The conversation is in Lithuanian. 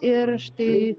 ir štai